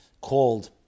called